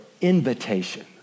invitation